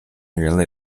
人类